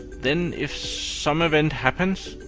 then if some event happens,